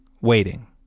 waiting